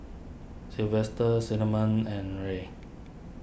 Sylvester Cinnamon and Rae